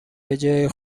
بجای